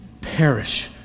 perish